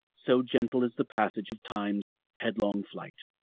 so gentle is the passage of times headlong flight.